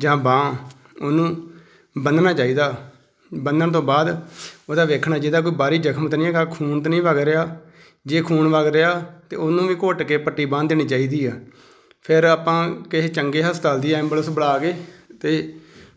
ਜਾਂ ਬਾਂਹ ਉਹਨੂੰ ਬੰਨ੍ਹਣਾ ਚਾਹੀਦਾ ਬੰਨ੍ਹਣ ਤੋਂ ਬਾਅਦ ਉਹਦਾ ਵੇਖਣਾ ਚਾਹੀਦਾ ਕੋਈ ਬਾਹਰੀ ਜ਼ਖਮ ਤਾਂ ਨਹੀਂ ਹੈਗਾ ਖੂਨ ਤਾਂ ਨਹੀਂ ਵਗ ਰਿਹਾ ਜੇ ਖੂਨ ਵਗ ਰਿਹਾ ਤਾਂ ਉਹਨੂੰ ਵੀ ਘੁੱਟ ਕੇ ਪੱਟੀ ਬੰਨ੍ਹ ਦੇਣੀ ਚਾਹੀਦੀ ਆ ਫਿਰ ਆਪਾਂ ਕਿਸੇ ਚੰਗੇ ਹਸਪਤਾਲ ਦੀ ਐਂਬੂਲੈਂਸ ਬੁਲਾ ਕੇ ਅਤੇ